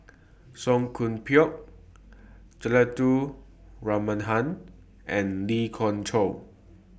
Song Koon Poh Juthika Ramanathan and Lee Khoon Choy